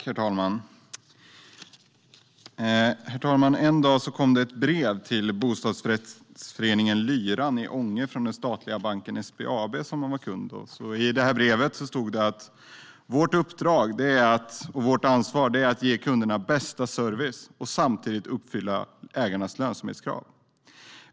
Herr talman! En dag kom ett brev till bostadsrättsföreningen Lyran i Ånge från den statliga banken SBAB som man var kund hos. I brevet stod det: Vårt uppdrag och vårt ansvar är att ge kunderna bästa service och samtidigt uppfylla ägarnas lönsamhetskrav.